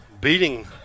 beating